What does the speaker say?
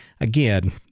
again